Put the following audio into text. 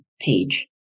page